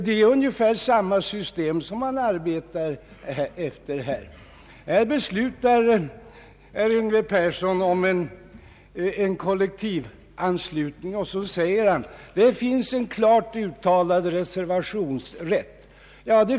Det är ungefär samma system som man arbetar efter här. Herr Yngve Persson pläderar för en kollektivanslutning och hänvisar till att det finns en klart uttalad reservationsrätt.